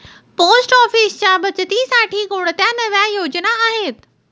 Post ऑफिसच्या बचतीसाठी कोणत्या नव्या योजना आहेत?